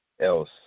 else